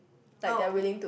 oh